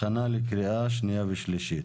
הכנה לקריאה שנייה ושלישית.